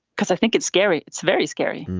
because i think it's scary it's very scary.